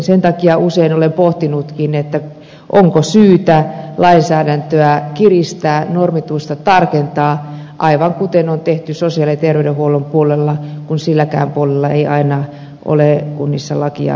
sen takia usein olen pohtinutkin onko syytä lainsäädäntöä kiristää normitusta tarkentaa aivan kuten on tehty sosiaali ja terveydenhuollon puolella kun silläkään puolella ei aina ole kunnissa lakia noudatettu